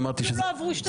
אפילו לא עברו שתי דקות.